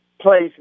place